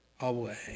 away